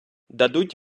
дадуть